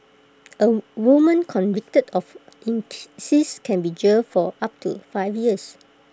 A woman convicted of incest can be jailed for up to five years